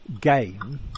game